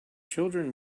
children